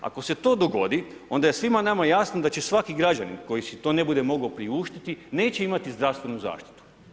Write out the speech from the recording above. Ako se to dogodi, onda je svima nama jasno da će svaki građanin koji si to ne bude mogao priuštiti, neće imati zdravstvenu zaštitu.